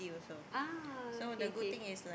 ah okay okay